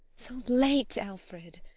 so late, alfred.